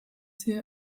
sie